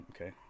okay